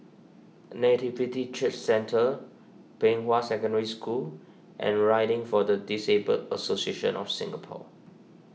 Nativity Church Centre Pei Hwa Secondary School and Riding for the Disabled Association of Singapore